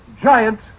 giant